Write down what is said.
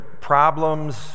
problems